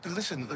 listen